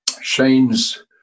Shane's